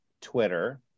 Twitter